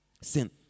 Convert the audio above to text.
Sin